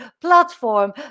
platform